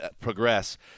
progress